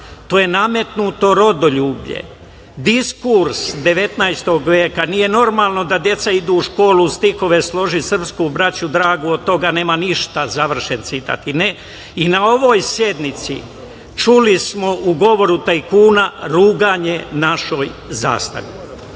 „To je nametnuto rodoljublje, diskurs 19. veka. Nije normalno da deca idu u školu uz stihove „Složi srpsku braću dragu“, od toga nema ništa“, završen citat. I na ovoj sednici čuli smo u govoru tajkuna ruganje našoj zastavi. Vi